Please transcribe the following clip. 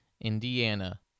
Indiana